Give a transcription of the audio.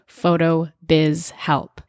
PHOTOBIZHELP